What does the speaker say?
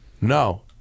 No